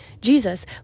jesus